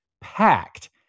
packed